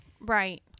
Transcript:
Right